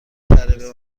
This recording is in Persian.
کره